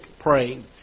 praying